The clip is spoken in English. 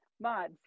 mods